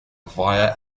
via